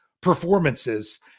performances –